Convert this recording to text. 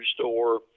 store